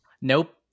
nope